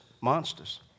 monsters